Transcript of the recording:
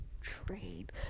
trade